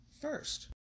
first